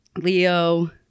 Leo